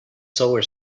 solar